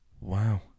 Wow